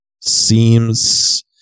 seems